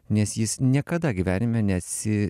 nes jis niekada gyvenime neatsi